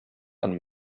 and